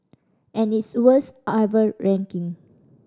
and its worst ranking